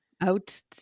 out